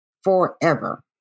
forever